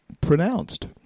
pronounced